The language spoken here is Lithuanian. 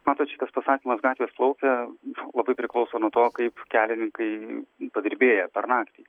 matot šitas pasakymas gatvės plaukia labai priklauso nuo to kaip kelininkai padirbėję per naktį